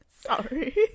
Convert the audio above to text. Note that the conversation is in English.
sorry